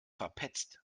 verpetzt